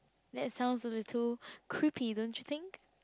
that sounds a little creepy don't you think